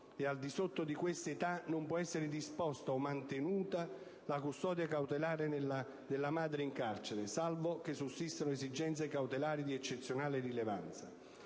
e, al di sotto di questa età, non può essere disposta o mantenuta la custodia cautelare della madre in carcere, salvo che sussistano esigenze cautelari di eccezionale rilevanza.